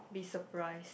be surprised